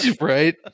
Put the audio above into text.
Right